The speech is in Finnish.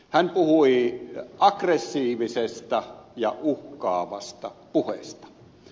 hän puhui aggressiivisesta ja uhkaavasta puheesta